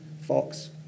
Fox